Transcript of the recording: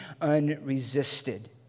unresisted